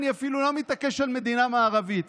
אני אפילו לא מתעקש על מדינה מערבית,